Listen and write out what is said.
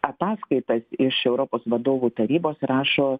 ataskaitas iš europos vadovų tarybos rašo